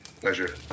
Pleasure